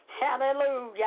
Hallelujah